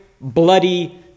bloody